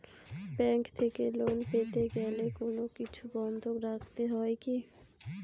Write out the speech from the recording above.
Bank থেকে loan পেতে গেলে কোনো কিছু বন্ধক রাখতে হয় কি?